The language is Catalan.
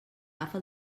agafa